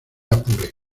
apure